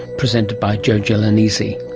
presented by joe gelonesi.